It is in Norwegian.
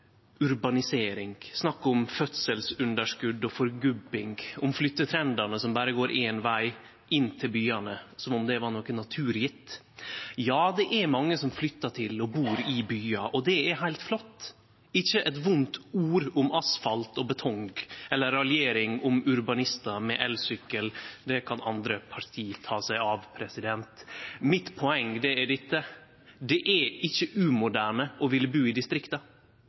urbanisering, snakk om fødselsunderskot og forgubbing, om flyttetrendane som berre går éin veg, inn til byane, som om det var noko naturgjeve. Ja, det er mange som flyttar til og bur i byar, og det er heilt flott, ikkje eit vondt ord om asfalt og betong eller raljering om urbanistar med elsykkel. Det kan andre parti ta seg av. Mitt poeng er dette: Det er ikkje umoderne å ville bu i distrikta.